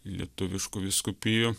lietuviškų vyskupijų